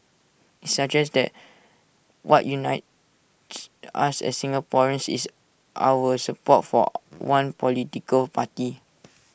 suggests that what unites us as Singaporeans is our support for one political party